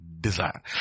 desire